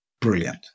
brilliant